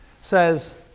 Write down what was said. says